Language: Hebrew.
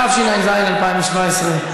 התשע"ז 2017,